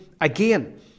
again